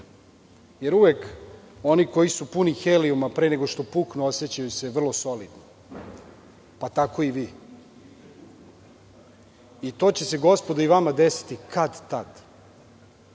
jer uvek oni koji su puni helijuma pre nego što puknu osećaju se vrlo solidno, pa tako i vi i to će se gospodo i vama desiti kad tad,